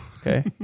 Okay